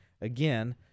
again